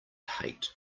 hate